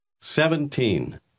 Seventeen